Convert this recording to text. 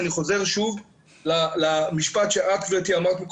ואני חוזר שוב למשפט שאת אמרת,